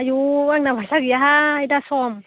आयौ आंनाव फैसा गैयाहाय दा सम